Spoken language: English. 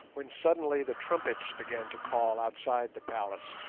when suddenly the trumpets began to call outside the palace,